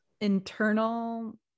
internal